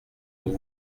nous